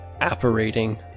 apparating